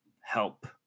help